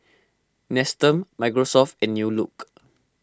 Nestum Microsoft and New Look